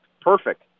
Perfect